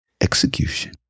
execution